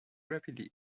rapidly